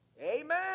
Amen